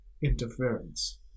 interference